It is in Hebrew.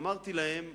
אמרתי להם: